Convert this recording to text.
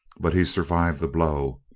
but he survived the blow,